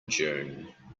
june